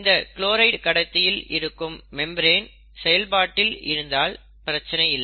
இந்த க்ளோரைடு கடத்தியில் இருக்கும் மெம்பரேன் செயல்பாட்டில் இருந்தால் பிரச்சினை இல்லை